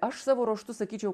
aš savo ruožtu sakyčiau